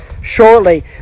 shortly